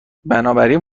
بنابراین